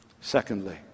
Secondly